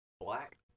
black